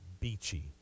beachy